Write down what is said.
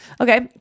Okay